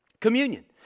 communion